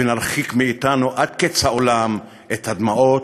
ונרחיק מאתנו עד קץ העולם את הדמעות,